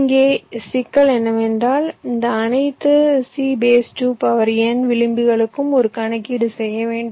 இங்கே சிக்கல் என்னவென்றால் இந்த அனைத்து C2n விளிம்புகளுக்கும் ஒரு கணக்கீடு செய்ய வேண்டும்